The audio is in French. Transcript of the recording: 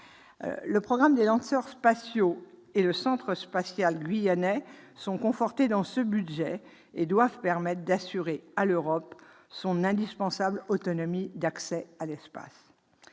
Le programme des lanceurs spatiaux et le centre spatial guyanais, confortés dans ce budget, doivent permettre d'assurer à l'Europe son indispensable autonomie d'accès à l'espace.